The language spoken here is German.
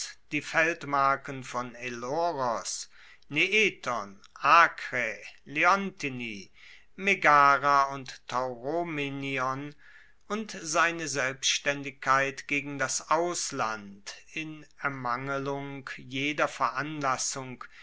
die feldmarken von eloros neeton akrae leontini megara und tauromenion und seine selbstaendigkeit gegen das ausland in ermangelung jeder veranlassung